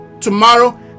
tomorrow